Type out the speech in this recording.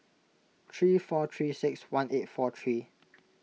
three four three six one eight four three